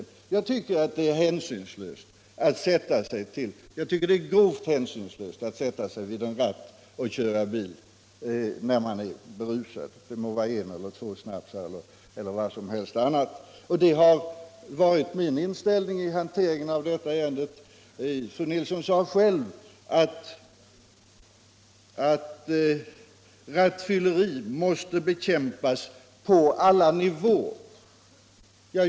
Jag tycker det är grovt hänsynslöst att sätta sig vid ratten och köra bil när man är berusad; det må vara en eller två snapsar eller vad som helst annat. Detta har varit min inställning vid behandlingen av det här ärendet. Fru Nilsson sade själv att rattfylleri måste bekämpas på alla nivåer.